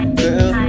girl